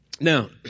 now